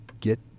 get